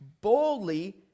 boldly